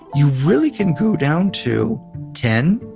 you really can go down to ten,